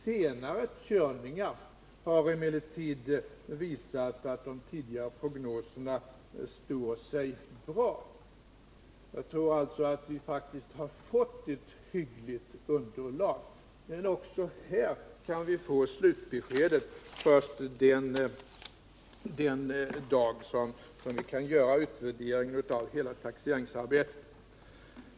Senare körningar har emellertid visat att de tidigare prognoserna står sig bra. Jag tror därför faktiskt att vi har fått ett hyggligt underlag. Men också på den punkten kan vi få slutbeskedet först den dag när vi kan göra utvärderingen av hela taxeringsarbetet.